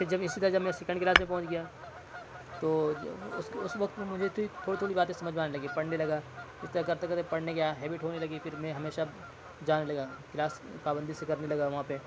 پھر جب اسی طرح جب میں سیکنڈ کلاس میں پہنچ گیا تو اس اس وقت پہ مجھے تھوڑی تھوڑی باتیں سمجھ میں آنے لگیں پڑھنے لگا اس طرح کرتے کرتے پڑھنے گیا ہیبٹ ہونے لگی پھر میں ہمیشہ جانے لگا کلاس پابندی سے کرنے لگا وہاں پہ